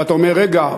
ואתה אומר: רגע,